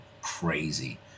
crazy